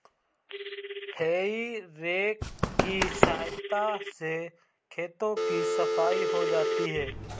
हेइ रेक की सहायता से खेतों की सफाई हो जाती है